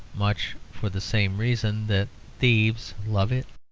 much for the same reason that thieves love it.